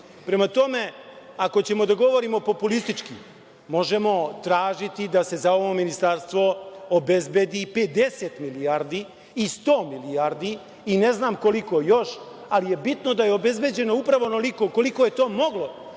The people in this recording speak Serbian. tome, ako ćemo da govorimo populistički, možemo tražiti da se za ovo ministarstvo obezbedi i 50 milijardi i 100 milijardi i ne znam koliko još, ali je bitno da je obezbeđeno upravo onoliko koliko je to moglo